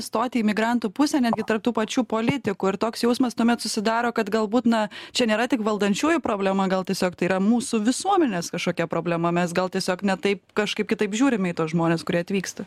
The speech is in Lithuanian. stoti į imigrantų pusę netgi tarp tų pačių politikų ir toks jausmas tuomet susidaro kad galbūt na čia nėra tik valdančiųjų problema gal tiesiog tai yra mūsų visuomenės kažkokia problema mes gal tiesiog ne taip kažkaip kitaip žiūrime į tuos žmones kurie atvyksta